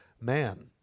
man